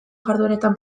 jardueretan